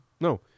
No